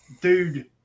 dude